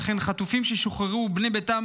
וכן חטופים ששוחררו ובני ביתם,